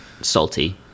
Salty